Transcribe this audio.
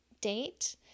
date